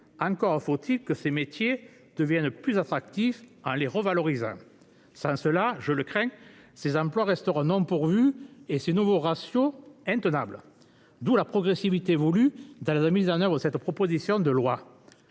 revalorisant -que ces métiers deviennent plus attractifs. Sans cela, je le crains, ces emplois resteront non pourvus et ces nouveaux ratios intenables, d'où la progressivité voulue dans la mise en oeuvre de cette proposition de loi.